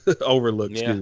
Overlooked